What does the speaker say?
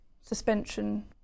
suspension